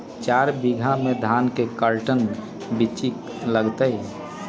चार बीघा में धन के कर्टन बिच्ची लगतै?